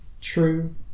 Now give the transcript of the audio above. True